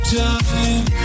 time